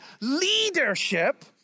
leadership